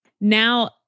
Now